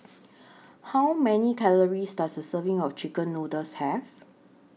How Many Calories Does A Serving of Chicken Noodles Have